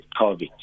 COVID